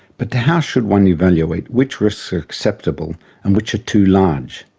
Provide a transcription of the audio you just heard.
but how should one evaluate which risks are acceptable and which are too large?